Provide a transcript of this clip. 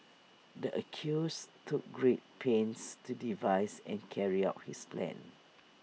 the accused took great pains to devise and carry out his plan